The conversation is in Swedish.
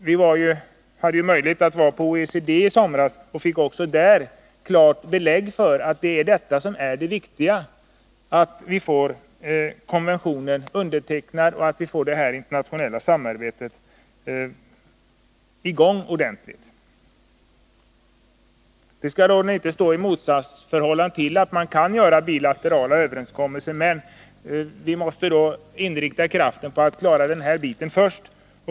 Vi hade också möjlighet att i somras få klart belägg för att det även inom OECD anses som mycket viktigt att konventionen blir undertecknad och det internationella samarbetet kommer i gång ordentligt. Detta skall inte stå i motsatsförhållande till träffandet av bilaterala överenskommelser, men vi måste inrikta kraften på att klara konventionen först.